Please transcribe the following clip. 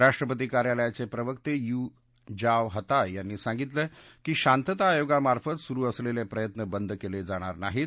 राष्ट्रपती कार्यालयाचे प्रवक्ते यु जाव हताय यांनी सांगितलं की शांतता आयोगामार्फत सुरु असलेले प्रयत्न बंद केले जाणार नाहीत